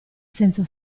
senza